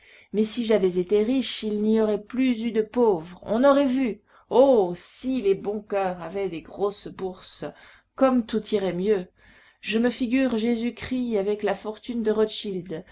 mais si j'avais été riche il n'y aurait plus eu de pauvres on aurait vu oh si les bons coeurs avaient les grosses bourses comme tout irait mieux je me figure jésus-christ avec la fortune de rothschild